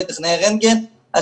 טכנאי רנטגן וכו',